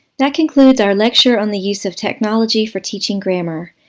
that concludes our lecture on the use of technology for teaching grammar.